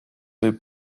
võib